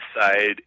side